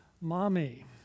mommy